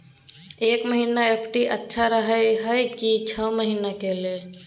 एक महीना एफ.डी अच्छा रहय हय की छः महीना के लिए?